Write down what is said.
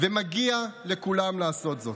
ומגיע לכולם לעשות זאת.